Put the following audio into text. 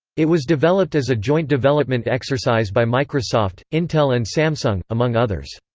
it was developed as a joint development exercise by microsoft, intel and samsung, among others.